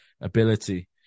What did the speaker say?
ability